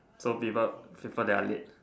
so prefer people that are late